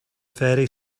very